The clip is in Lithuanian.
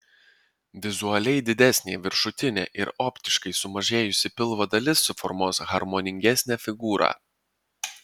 vizualiai didesnė viršutinė ir optiškai sumažėjusi pilvo dalis suformuos harmoningesnę figūrą